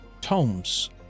tomes